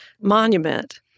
monument